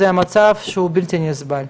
זה מצב שהוא בלתי נסבל.